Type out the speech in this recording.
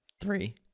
Three